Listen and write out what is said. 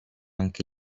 anche